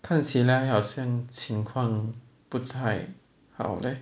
看起来好像情况不太好 leh